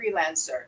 freelancer